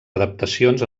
adaptacions